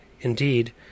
Indeed